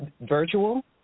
virtual